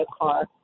car